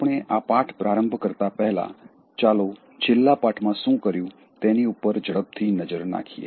આપણે આ પાઠ પ્રારંભ કરતા પહેલા ચાલો છેલ્લા પાઠમાં શું કર્યું તેની ઉપર ઝડપથી નજર નાખીએ